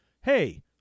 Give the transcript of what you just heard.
hey